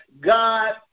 God